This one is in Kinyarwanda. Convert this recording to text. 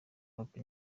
hope